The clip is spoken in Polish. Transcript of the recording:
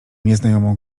nieznajomą